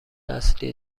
اصلی